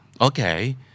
Okay